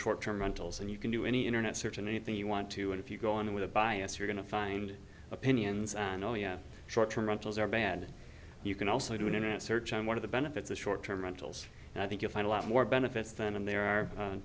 short term rentals and you can do any internet search in anything you want to and if you go in with a bias you're going to find opinions and only a short term rentals are bad you can also do an internet search on one of the benefits of short term rentals and i think you'll find a lot more benefits than and there are